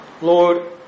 Lord